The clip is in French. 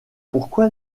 pourquoi